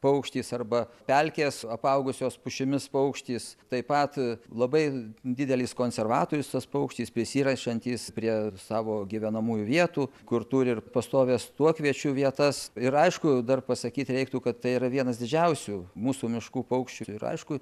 paukštis arba pelkės apaugusios pušimis paukštis taip pat labai didelis konservatorius tas paukštis prisirišantys prie savo gyvenamųjų vietų kur turi ir pastovias tuokviečių vietas ir aišku dar pasakyt reiktų kad tai yra vienas didžiausių mūsų miškų paukščių ir aišku